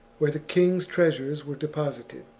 where the king's treasures were deposited.